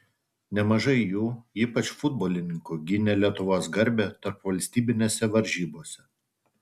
nemažai jų ypač futbolininkų gynė lietuvos garbę tarpvalstybinėse varžybose